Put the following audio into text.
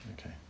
Okay